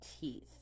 teeth